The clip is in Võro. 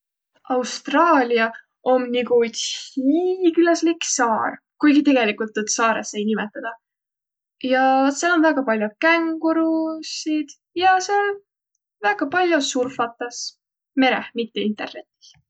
Austraalia om nigu üts hiiglaslik saar, kuigi tegelikult tuud saarõs ei nimetedäq. Ja sääl om väega pall'o känguruusid ja sääl väega pall'o surfatas. Mereh, mitte internetih.